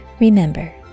Remember